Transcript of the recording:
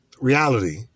reality